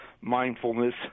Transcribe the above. mindfulness